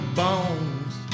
bones